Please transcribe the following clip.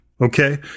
Okay